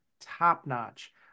top-notch